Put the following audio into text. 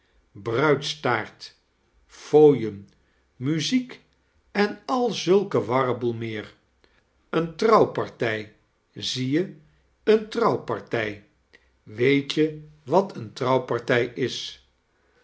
bruddstaart fooien muziek en al zulke warreboel meer een trouwpartij zie je eeme trouwpartij weet je wat eene trouwpartij is